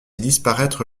disparaître